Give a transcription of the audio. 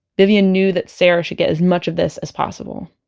vivian knew that sarah should get as much of this as possible